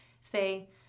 Say